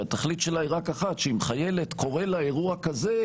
שהתכלית שלה היא רק אחת: שאם לחיילת קורה אירוע כזה,